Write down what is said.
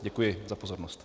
Děkuji za pozornost.